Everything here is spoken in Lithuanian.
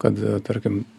kad tarkim